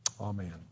Amen